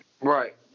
Right